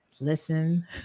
listen